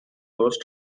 those